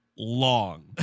Long